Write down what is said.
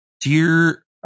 Dear